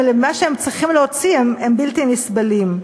למה שהם צריכים להוציא הם בלתי נסבלים.